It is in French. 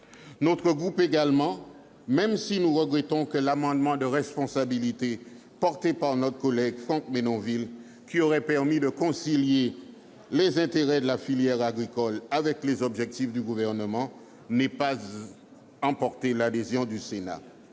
notre groupe également, même si nous regrettons que l'amendement de responsabilité, présenté par notre collègue Franck Menonville, qui aurait permis de concilier les intérêts de la filière agricole avec les objectifs du Gouvernement, n'ait pas emporté l'adhésion du Sénat.